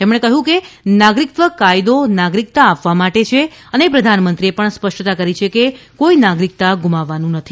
તેમણે કહ્યું કે નાગરિકત્વ કાયદો નાગરિકતા આપવા માટે છે અને પ્રધાનમંત્રીએ પણ સ્પષ્ટતા કરી છે કે કોઇ નાગરિકતા ગુમાવવાનું નથી